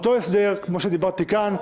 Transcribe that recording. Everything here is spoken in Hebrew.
אותו הסדר כפי שדיברתי כאן.